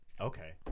Okay